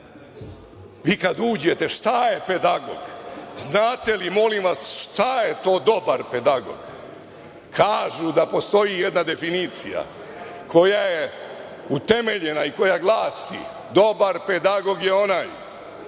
težak posao. Šta je pedagog? Znate li, molim vas, šta je to dobar pedagog? Kažu da postoji jedna definicija, koja je utemeljena i koja glasi – dobar pedagog je onaj